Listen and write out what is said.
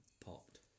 popped